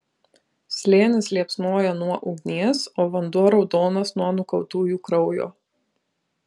slėnis liepsnoja nuo ugnies o vanduo raudonas nuo nukautųjų kraujo